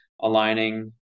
aligning